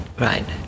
Right